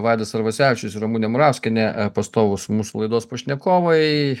vaidas arvasevičius ramunė murauskienė pastovūs mūsų laidos pašnekovai